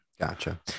Gotcha